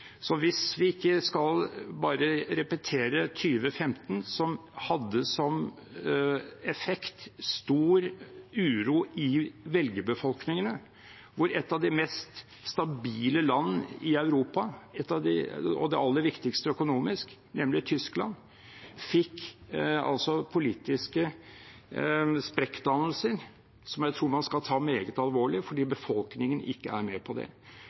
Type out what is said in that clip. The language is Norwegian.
Hvis vi ikke skal repetere 2015, som hadde som effekt stor uro i velgerbefolkningene da et av de mest stabile land i Europa, og det aller viktigste økonomisk, nemlig Tyskland, fikk politiske sprekkdannelser som jeg tror man skal ta meget alvorlig fordi befolkningen ikke var med på det.